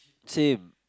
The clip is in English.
same